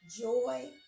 Joy